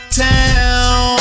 town